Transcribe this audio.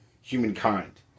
humankind